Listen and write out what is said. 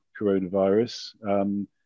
coronavirus